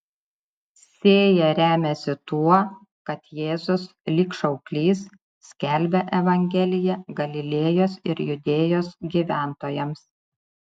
sėja remiasi tuo kad jėzus lyg šauklys skelbia evangeliją galilėjos ir judėjos gyventojams